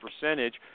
percentage